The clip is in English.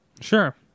Sure